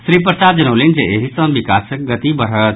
श्री प्रसाद जनौलनि जे एहि सॅ विकासक गति बढ़त